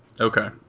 Okay